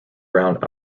around